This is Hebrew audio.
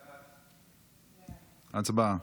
הצבעה.